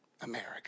America